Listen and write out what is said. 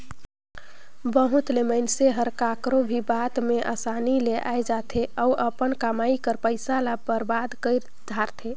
बहुत ले मइनसे हर काकरो भी बात में असानी ले आए जाथे अउ अपन कमई कर पइसा ल बरबाद कइर धारथे